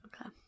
Okay